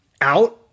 out